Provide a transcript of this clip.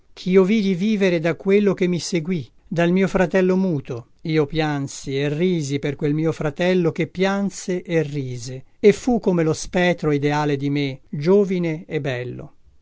me chio vidi vivere da quello che mi seguì dal mio fratello muto io piansi e risi per quel mio fratello che pianse e rise e fu come lo spetro ideale di me giovine e bello